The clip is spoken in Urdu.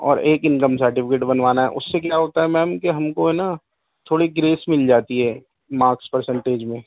اور ایک انکم سرٹیفیکیٹ بنوانا ہے اس سے کیا ہوتا ہے میم کہ ہم کو نا تھوڑی گریس مل جاتی ہے مارکس پرسینٹیج میں